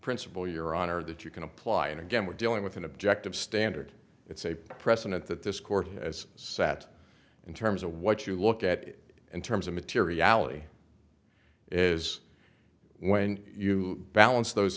principle your honor that you can apply in again we're dealing with an objective standard it's a precedent that this court as sat in terms of what you look at it in terms of materiality is when you balance those